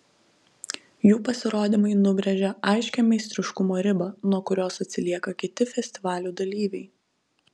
jų pasirodymai nubrėžia aiškią meistriškumo ribą nuo kurios atsilieka kiti festivalių dalyviai